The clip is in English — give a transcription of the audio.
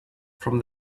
from